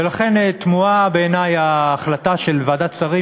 ולכן תמוהה בעיני ההחלטה של ועדת שרים